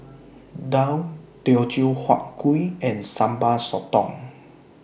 Daal Teochew Huat Kuih and Sambal Sotong